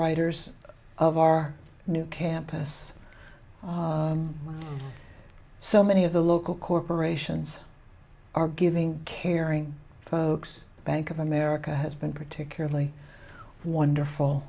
underwriters of our new campus so many of the local corporations are giving caring for bank of america has been particularly wonderful